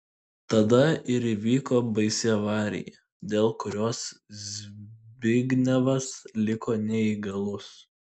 tada ir įvyko baisi avarija dėl kurios zbignevas liko neįgalus